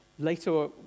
Later